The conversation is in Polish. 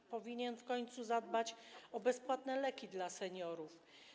Rząd powinien w końcu zadbać o bezpłatne leki dla seniorów.